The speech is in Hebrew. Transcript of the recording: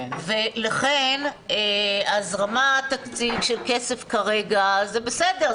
לכן הזרמה של כסף כרגע זה בסדר,